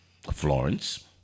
Florence